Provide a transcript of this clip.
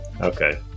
Okay